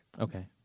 Okay